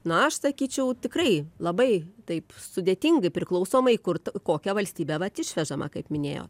na aš sakyčiau tikrai labai taip sudėtingai priklausomai kur kokią valstybę vat išvežama kaip minėjau